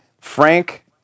Frank